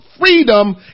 freedom